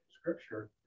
scripture